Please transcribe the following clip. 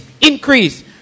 increase